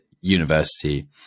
university